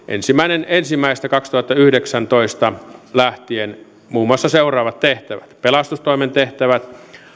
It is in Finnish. ensimmäinen ensimmäistä kaksituhattayhdeksäntoista lähtien muun muassa seuraavat tehtävät pelastustoimen tehtävät